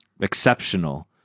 exceptional